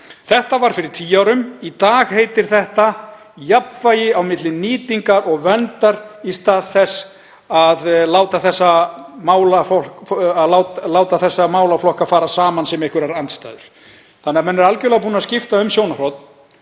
Þetta var fyrir tíu árum. Í dag heitir þetta jafnvægi á milli nýtingar og verndar í stað þess að láta þessa málaflokka fara saman sem einhverjar andstæður. Þannig að menn eru algjörlega búnir að skipta um sjónarhorn